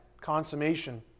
consummation